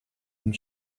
une